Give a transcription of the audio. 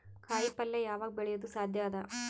ಕಾಯಿಪಲ್ಯ ಯಾವಗ್ ಬೆಳಿಯೋದು ಸಾಧ್ಯ ಅದ?